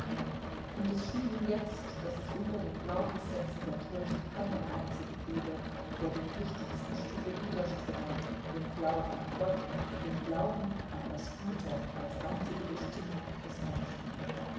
und es schien ihm jetzt daß es unter den glaubenssätzen der kirche keinen einzigen gebe der dem wichtigsten stücke widerstritte dem glauben an gott dem glauben an das gute als einzige bestimmung des menschen